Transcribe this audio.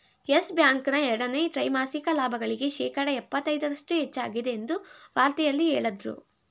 Yes Bank ನ ಎರಡನೇ ತ್ರೈಮಾಸಿಕ ಲಾಭಗಳಿಗೆ ಶೇಕಡ ಎಪ್ಪತೈದರಷ್ಟು ಹೆಚ್ಚಾಗಿದೆ ಎಂದು ವಾರ್ತೆಯಲ್ಲಿ ಹೇಳದ್ರು